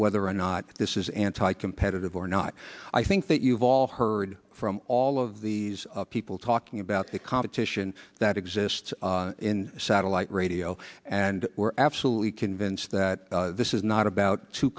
whether or not this is anti competitive or not i think that you've all heard from all of these people talking about the competition that exists in satellite radio and we're absolutely convinced that this is not about t